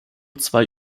zwei